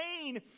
pain